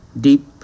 deep